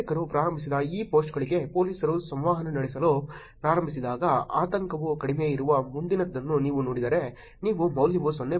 ನಾಗರಿಕರು ಪ್ರಾರಂಭಿಸಿದ ಈ ಪೋಸ್ಟ್ಗಳಲ್ಲಿ ಪೊಲೀಸರು ಸಂವಹನ ನಡೆಸಲು ಪ್ರಾರಂಭಿಸಿದಾಗ ಆತಂಕವು ಕಡಿಮೆ ಇರುವ ಮುಂದಿನದನ್ನು ನೀವು ನೋಡಿದರೆ ನೀವು ಮೌಲ್ಯವು 0